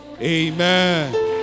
Amen